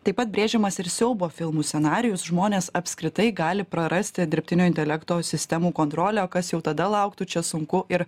taip pat brėžiamas ir siaubo filmų scenarijus žmonės apskritai gali prarasti dirbtinio intelekto sistemų kontrolę o kas jau tada lauktų čia sunku ir